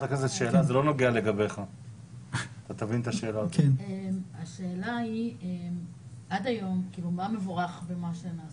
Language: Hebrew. עד היום אף אחד לא בדק.